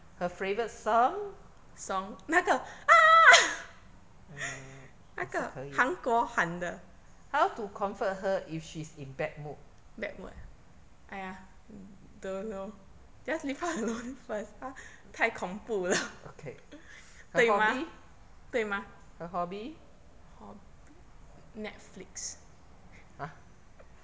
her favourite song err 也是可以啦 how to comfort her if she's in bad mood okay her hobby her hobby !huh!